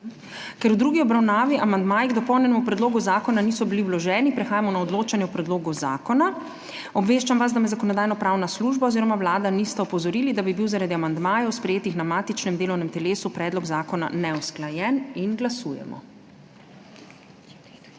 Ker v drugi obravnavi amandmaji k dopolnjenemu predlogu zakona niso bili vloženi, prehajamo na odločanje o predlogu zakona. Obveščam vas, da me Zakonodajno-pravna služba oziroma Vlada nista opozorili, da bi bil zaradi amandmajev, sprejetih na matičnem delovnem telesu, predlog zakona neusklajen. Glasujemo.